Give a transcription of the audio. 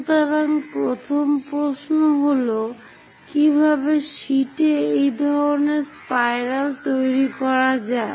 সুতরাং প্রথম প্রশ্ন হল কিভাবে সীটে এই ধরনের স্পাইরাল তৈরি করা যায়